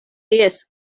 jes